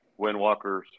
windwalkers